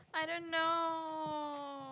I don't know